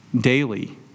daily